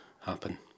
happen